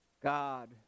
God